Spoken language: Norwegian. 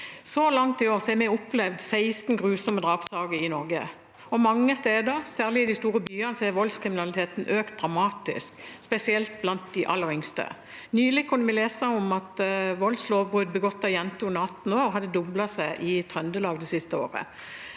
Så langt i år har vi opplevd 16 grusomme drapssaker i Norge, og mange steder, særlig i de store byene, har voldskriminaliteten økt dramatisk, spesielt blant de aller yngste. Nylig kunne vi lese at voldslovbrudd begått av jenter under 18 år hadde doblet seg i Trøndelag det siste året.